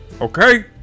Okay